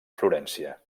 florència